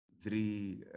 three